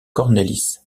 cornelis